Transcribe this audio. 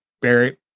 barry